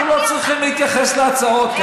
אנחנו לא צריכים להתייחס להצעות,